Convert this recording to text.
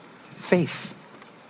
faith